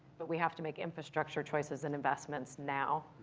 but we have to make infrastructure choices and investments now.